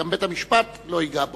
גם בית-המשפט לא ייגע בו.